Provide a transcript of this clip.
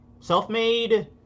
Selfmade